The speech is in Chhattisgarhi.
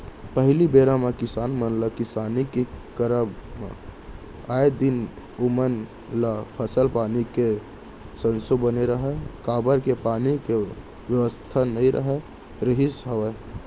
पहिली बेरा म किसान मन ल किसानी के करब म आए दिन ओमन ल फसल पानी के संसो बने रहय काबर के पानी के बेवस्था नइ राहत रिहिस हवय